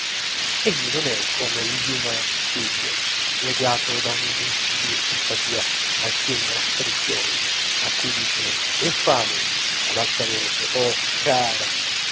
egli non è come il dumas figlio legato da un'invincibile simpatia ai suoi mostri di donne a cui dice infami ad alta voce o care a